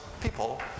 people